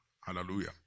Hallelujah